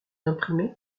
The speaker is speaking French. imprimé